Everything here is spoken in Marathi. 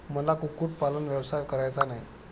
मला कुक्कुटपालन व्यवसाय करायचा नाही